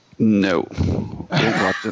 No